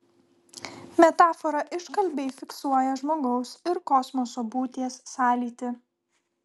metafora iškalbiai fiksuoja žmogaus ir kosmoso būties sąlytį